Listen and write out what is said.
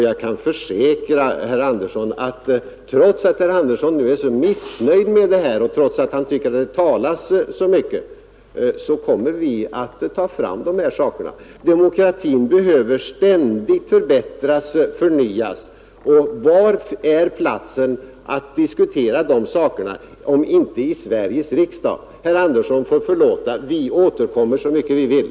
Jag kan försäkra herr Andersson att trots att herr Andersson är missnöjd och tycker att det talas för mycket kommer vi att ta fram dessa saker. Demokratin behöver ständigt förbättras och förnyas. Och var är platsen att diskutera dessa saker om inte i Sveriges riksdag? Herr Andersson får förlåta, vi återkommer så mycket vi vill!